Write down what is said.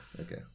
Okay